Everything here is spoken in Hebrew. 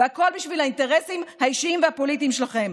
והכול בשביל האינטרסים האישיים והפוליטיים שלכם.